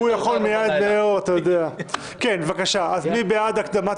הוא יכול מייד --- מי בעד הקדמת